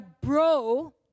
bro